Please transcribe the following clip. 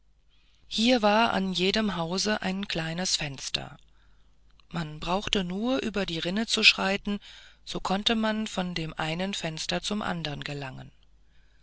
hier war in jedem hause ein kleines fenster man brauchte nur über die rinne zu schreiten so konnte man von dem einen fenster zum andern gelangen